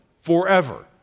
forever